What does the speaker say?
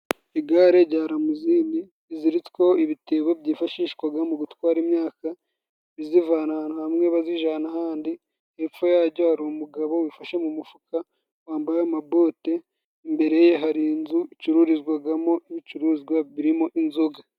Igare rya ramuzini rizitsweho ibitebo byifashishwaga mu gutwara imyaka rizivana ahantu hamwe bazijana ahandi, hepfo yajyo hari umugabo wifashe mu mufuka wambaye amabote, imbere ye hari inzu icururizwagamo ibicuruzwa birimo inzoga.